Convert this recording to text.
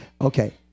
Okay